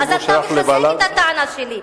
אתה מחזק את הטענה שלי.